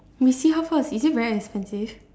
we see how first is it very expensive